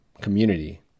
community